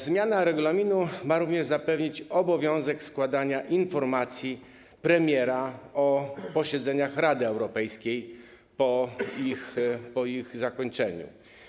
Zmiana regulaminu ma również zapewnić obowiązek składania informacji premiera o posiedzeniach Rady Europejskiej po ich zakończeniu.